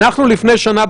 לפני שנה,